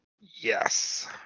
Yes